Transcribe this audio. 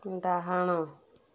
ଡାହାଣ